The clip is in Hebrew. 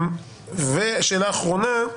ושאלה אחרונה,